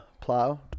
plow